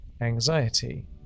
anxiety